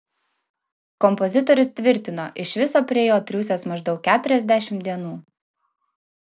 kompozitorius tvirtino iš viso prie jo triūsęs maždaug keturiasdešimt dienų